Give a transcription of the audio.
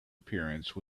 appearance